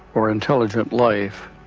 or intelligent life,